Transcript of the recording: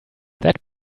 that